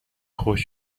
خشک